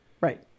Right